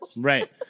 Right